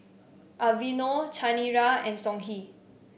Aveeno Chanira and Songhe